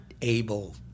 able